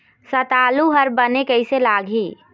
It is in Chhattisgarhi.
संतालु हर बने कैसे लागिही?